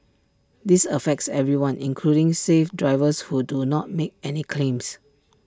this affects everyone including safe drivers who do not make any claims